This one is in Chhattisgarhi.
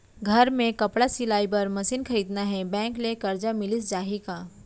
घर मे कपड़ा सिलाई बार मशीन खरीदना हे बैंक ले करजा मिलिस जाही का?